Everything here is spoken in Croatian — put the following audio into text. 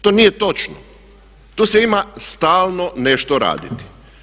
To nije točno, tu se ima stalno nešto raditi.